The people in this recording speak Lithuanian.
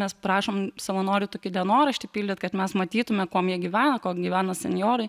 mes prašom savanorių tokį dienoraštį pildyt kad mes matytumėm kuom jie gyvena kuo gyvena senjorai